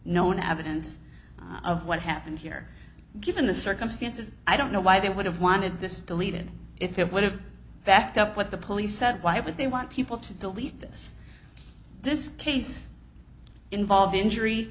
and of what happened here given the circumstances i don't know why they would have wanted this deleted if it would have backed up what the police said why would they want people to delete this this case involved injury